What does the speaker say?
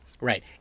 Right